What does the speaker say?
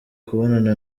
kubonana